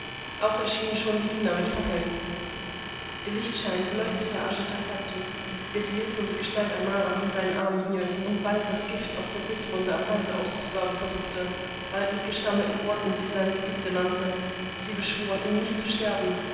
auch erschienen schon diener mit fackeln der lichtschein beleuchtete ajatasattu der die leblose gestalt amaras in seinen armen hielt und bald das gift aus der bißwunde am halse auszusaugen versuchte bald mit gestammelten worten sie seine geliebte nannte sie beschwor ihm nicht zu sterben